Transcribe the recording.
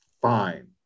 fine